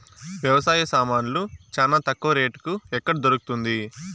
వ్యవసాయ సామాన్లు చానా తక్కువ రేటుకి ఎక్కడ దొరుకుతుంది?